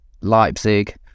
Leipzig